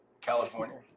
California